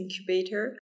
incubator